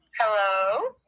Hello